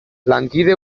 lankide